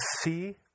see